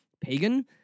pagan